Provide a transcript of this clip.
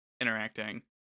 interacting